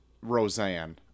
Roseanne